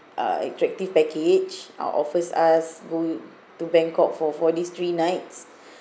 uh attractive package uh offers us go to bangkok for four days three nights